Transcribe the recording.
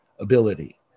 ability